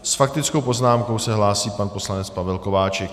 S faktickou poznámkou se hlásí pan poslanec Pavel Kováčik.